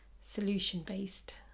solution-based